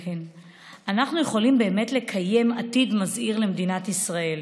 יכולים באמת לקיים עתיד מזהיר למדינת ישראל",